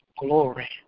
Glory